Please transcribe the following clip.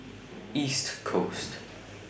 East Coast